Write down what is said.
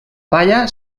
palla